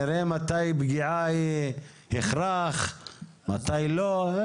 נראה מתי פגיעה היא הכרח ומתי לא.